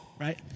right